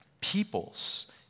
peoples